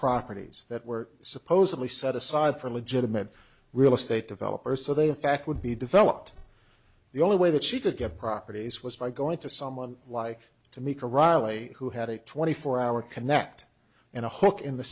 properties that were supposedly set aside for a legitimate real estate developer so they in fact would be developed the only way that she could get properties was by going to someone like to meet her riley who had a twenty four hour connect in a hook in the